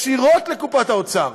ישירות לקופת האוצר,